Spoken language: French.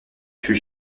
fut